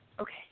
Okay